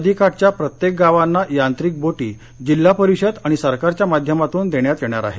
नदीकाठच्या प्रत्येक गावांना यांत्रिक बोटी जिल्हा परिषद आणि सरकारच्या माध्यमातून देण्यात येणार आहेत